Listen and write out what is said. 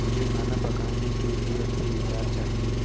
मुझे खाना पकाने के लिए अच्छे विचार चाहिए